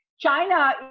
China